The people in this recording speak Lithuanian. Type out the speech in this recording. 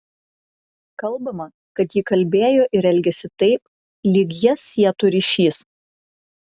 kalbama kad ji kalbėjo ir elgėsi taip lyg jas sietų ryšys